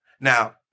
Now